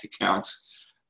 accounts